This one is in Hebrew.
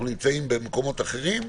אנחנו נמצאים במקומות אחרים,